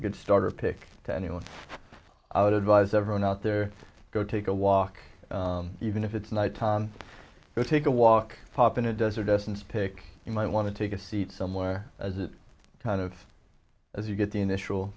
a good starter pic to anyone out advise everyone out there go take a walk even if it's night time go take a walk hop in a desert essence pick you might want to take a seat somewhere as it kind of as you get the initial